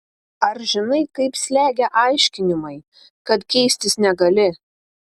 ar žinai kaip slegia aiškinimai kad keistis negali